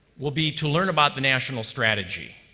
will be to learn about the national strategy.